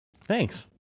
thanks